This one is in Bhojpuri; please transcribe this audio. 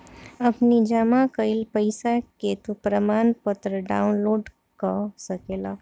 अपनी जमा कईल पईसा के तू प्रमाणपत्र डाउनलोड कअ सकेला